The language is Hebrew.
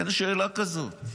אין שאלה כזאת.